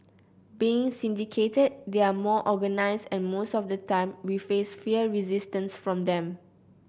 being syndicated they are more organised and most of the time we face fierce resistance from them